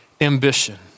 Ambition